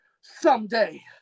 someday